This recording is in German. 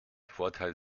vorteil